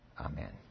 Amen